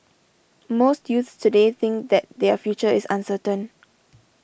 most youths today think that their future is uncertain